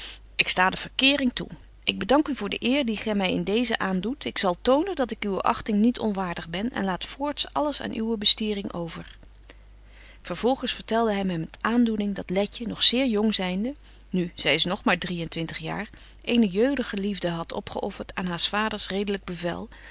ik sta de verkéring toe ik bedank u voor de eer die gy my in deezen aandoet ik zal tonen dat ik uwe achting niet onwaardig ben en laat voorts alles aan uwe bestiering over vervolgens vertelde hy my met aandoening dat letje nog zeer jong zynde nu zy is nog maar drie en twintig jaar eene jeugdige liefde hadt opgeöffert aan haar s vaders redelyk